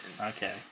Okay